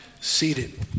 seated